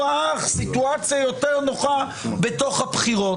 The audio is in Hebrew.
האח סיטואציה יותר נוחה בתוך הבחירות.